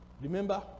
remember